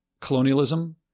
colonialism